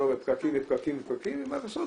פקקים ופקקים ופקקים, מה לעשות?